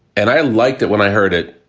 and i liked it when i heard it.